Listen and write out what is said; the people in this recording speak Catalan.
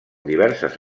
diverses